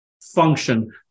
function